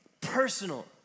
personal